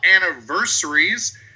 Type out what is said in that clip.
anniversaries